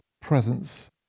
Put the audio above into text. presence